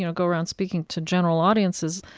you know go around speaking to general audiences,